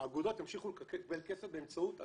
האגודות ימשיכו לקבל כסף באמצעות הטוטו.